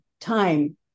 time